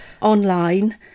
online